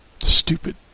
Stupid